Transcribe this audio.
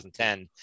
2010